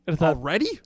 Already